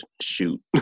shoot